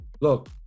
look